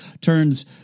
turns